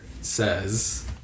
says